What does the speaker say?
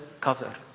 cover